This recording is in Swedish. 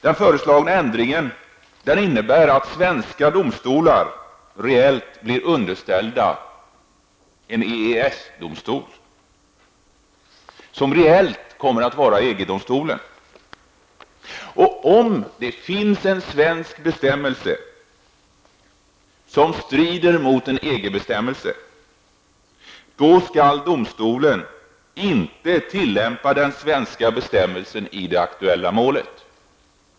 Den föreslagna ändringen innebär att svenska domstolar reellt blir underställda en EES-domstol. Reellt kommer denna domstol att vara EG Om det finns en svensk bestämmelse som strider mot en EG-bestämmelse, då skall domstolen inte tillämpa den svenska bestämmelsen i det aktuella målet.